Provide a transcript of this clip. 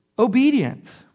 Obedience